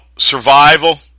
Survival